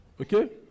Okay